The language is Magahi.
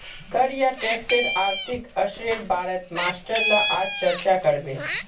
कर या टैक्सेर आर्थिक असरेर बारेत मास्टर ला आज चर्चा करबे